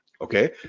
okay